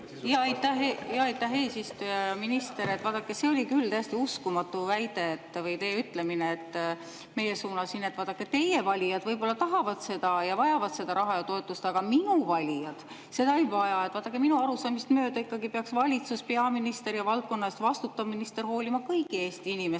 Aitäh, hea eesistuja! Minister, vaadake, see oli küll täiesti uskumatu väide või teie ütlemine meie suunas, et teie valijad võib-olla tahavad seda ja vajavad seda raha, toetust, aga minu valijad seda ei vaja. Vaadake, minu arusaamist mööda peaks valitsus, peaminister ja valdkonna eest vastutav minister hoolima kõikidest Eesti inimestest,